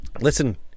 listen